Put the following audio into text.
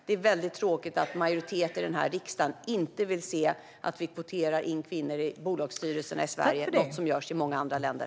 Det är väldigt tråkigt att majoriteten i denna riksdag inte vill se att vi kvoterar in kvinnor i bolagsstyrelserna i Sverige, något som görs i många andra länder.